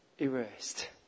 erased